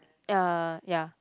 ya ya